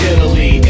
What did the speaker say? Italy